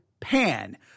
Pan